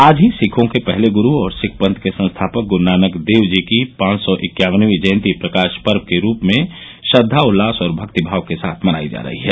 आज ही सिखों के पहले गुरू और सिख पंथ के संस्थापक गुरू नानक देव जी की पांच सौ इक्यावनवीं जयन्ती प्रकाश पर्व के रूप में श्रद्वा उल्लास और भक्ति भाव के साथ मनाई जा रही है